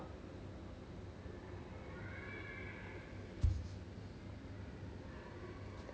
I don't know I don't know why I got this like mindset that chinese new year 他们会给 like bonus